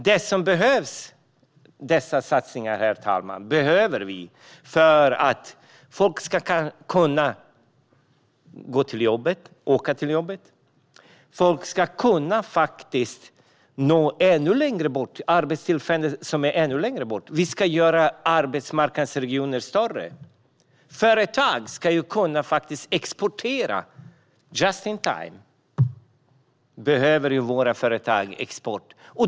Vi behöver dessa satsningar för att folk ska kunna åka till jobbet eller nå fram till arbetstillfällen som ligger ännu längre bort. Vi ska göra arbetsmarknadsregionerna större. Företag ska kunna exportera just in time.